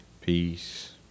peace